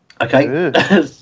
Okay